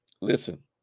Listen